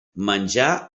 menjar